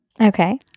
Okay